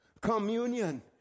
Communion